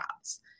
jobs